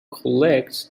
collects